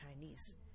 Chinese